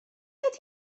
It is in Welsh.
ydy